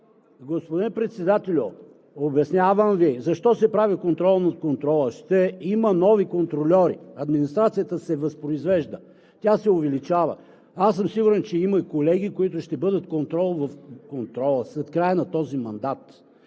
Господин Председателю, обяснявам Ви защо се прави контрол на контрола. Ще има нови контрольори, администрацията се възпроизвежда, тя се увеличава. Сигурен съм, че има колеги, които ще бъдат контрол в контрола след края на този мандат,